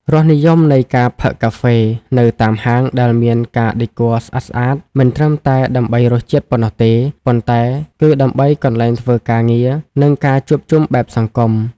រសនិយមនៃការផឹកកាហ្វេនៅតាមហាងដែលមានការដេគ័រស្អាតៗ មិនត្រឹមតែដើម្បីរសជាតិប៉ុណ្ណោះទេ ប៉ុន្តែគឺដើម្បីកន្លែងធ្វើការងារ និងការជួបជុំបែបសង្គម។